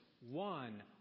one